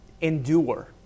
endure